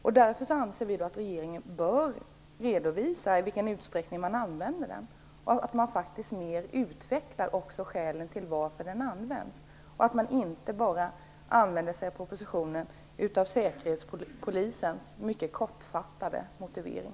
Därför anser vi att regeringen bör redovisa i vilken utsträckning den används. Man bör också mer utveckla skälen till varför den används och inte bara i propositionen använda sig av Säkerhetspolisens mycket kortfattade motivering.